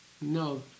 No